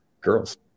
girls